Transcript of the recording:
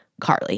Carly